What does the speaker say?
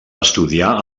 estudiar